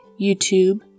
YouTube